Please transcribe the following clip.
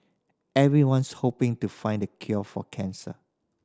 everyone's hoping to find the cure for cancer